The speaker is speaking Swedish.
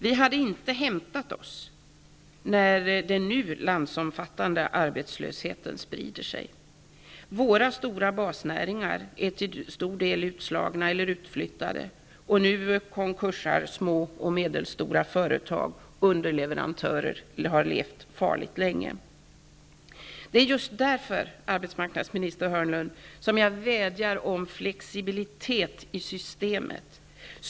Vi hade inte hämtat oss när den nu landsomfattande arbetslösheten började sprida sig. Våra stora basnäringar är till stor del utslagna eller utflyttade, och nu gör stora och medelstora företag konkurs; underleverantörer har länge levt farligt. Det är just därför, arbetsmarknadsminister Hörnlund, som jag vädjar om flexibilitet i systemet.